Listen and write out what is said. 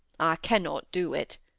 i cannot do it.